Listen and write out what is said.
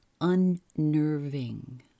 unnerving